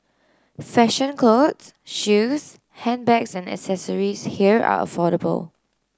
fashion clothes shoes handbags and accessories here are affordable